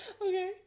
Okay